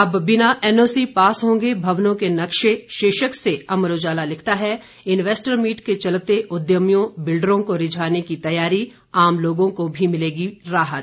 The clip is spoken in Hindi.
अब बिना एनओसी पास होंगे भवनों के नक्शे शीर्षक से अमर उजाला लिखता है इन्वेस्टर मीट के चलते उद्यमियों बिल्डरों को रिझाने की तैयारी आम लोगों को भी मिलेगी राहत